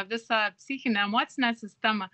visą psichinę emocinę sistemą